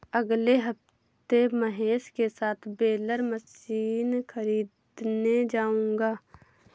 अगले हफ्ते महेश के साथ बेलर मशीन खरीदने जाऊंगा